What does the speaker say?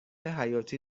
حیاتی